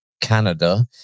canada